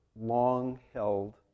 long-held